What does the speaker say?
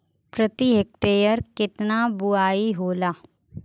प्रति हेक्टेयर केतना बुआई होला?